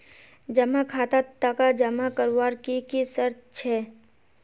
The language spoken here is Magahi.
जमा खातात टका जमा करवार की की शर्त छे?